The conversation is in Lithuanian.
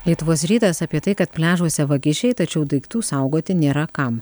lietuvos rytas apie tai kad pliažuose vagišiai tačiau daiktų saugoti nėra kam